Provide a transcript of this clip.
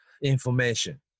information